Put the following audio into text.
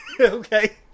Okay